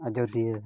ᱟᱡᱚᱫᱤᱭᱟᱹ